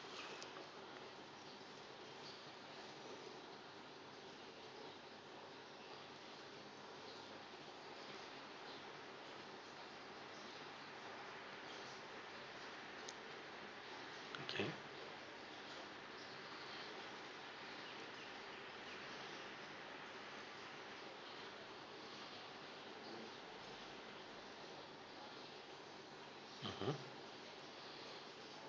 okay mmhmm